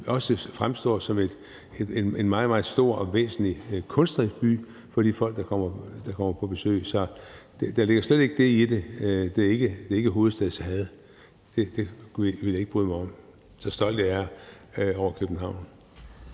også fremstår som en meget, meget stor og væsentlig kunstnerisk by for de folk, der kommer på besøg. Der ligger slet ikke det i det. Det er ikke et udtryk for hovedstadshad – det ville jeg ikke bryde mig om, så stolt jeg er over København.